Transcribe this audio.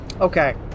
Okay